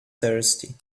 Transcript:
thirsty